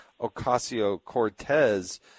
Ocasio-Cortez